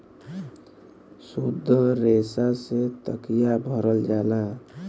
सुद्ध रेसा से तकिया भरल जाला